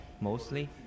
mostly